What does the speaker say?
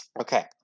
Okay